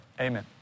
Amen